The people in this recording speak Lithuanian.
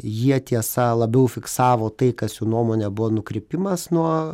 jie tiesa labiau fiksavo tai kas jų nuomone buvo nukrypimas nuo